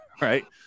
Right